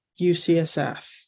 UCSF